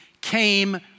came